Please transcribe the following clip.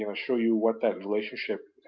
you know show you what that relationship